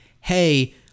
Hey